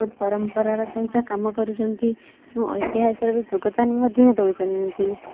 ବହୁତ ପରମ୍ପରାର ସହିତ କାମ କରୁଛନ୍ତି ଏବଂ ଐତିହାସର ବି ଯୋଗଦାନ ମଧ୍ୟ ଦେଉଛନ୍ତି